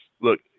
look